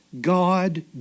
God